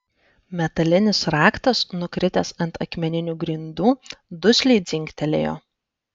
metalinis raktas nukritęs ant akmeninių grindų dusliai dzingtelėjo